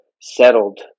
settled